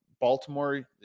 Baltimore